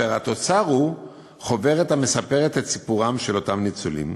והתוצר הוא חוברת המספרת את סיפורם של אותם ניצולים,